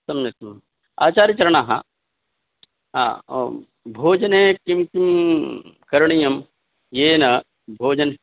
सम्यक् आचार्यचरणाः भोजने किं किं करणीयं येन भोजनं